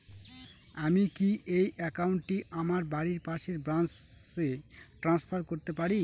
আমি কি এই একাউন্ট টি আমার বাড়ির পাশের ব্রাঞ্চে ট্রান্সফার করতে পারি?